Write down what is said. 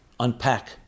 unpack